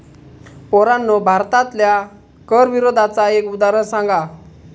पोरांनो भारतातल्या कर विरोधाचा एक उदाहरण सांगा